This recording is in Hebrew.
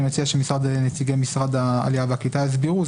מציע שנציגי משרד העלייה והקליטה יסבירו,